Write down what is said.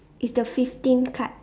is the fifteen cut